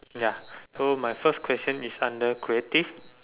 ya so my first question is under creative